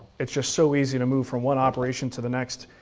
it's just so easy to move from one operation to the next.